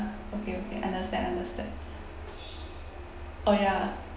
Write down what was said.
okay okay understand understand oh ya